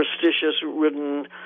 superstitious-ridden